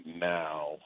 now